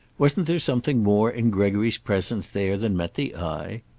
wasn't there something more in gregory's presence there than met the eye?